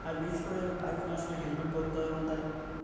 আর বিশেষ করে বাইক চালানোর সময় হেলমেট পরতে হয় মাথায়